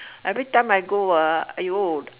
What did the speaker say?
everytime I go ah !aiyo